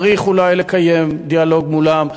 צריך אולי לקיים דיאלוג מולם,